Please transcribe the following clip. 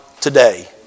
today